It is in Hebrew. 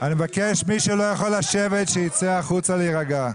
אני מבקש, מי שלא יכול לשבת שייצא החוצה להירגע.